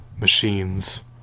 machines